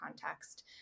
context